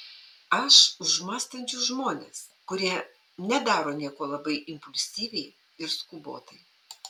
aš už mąstančius žmones kurie nedaro nieko labai impulsyviai ir skubotai